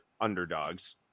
underdogs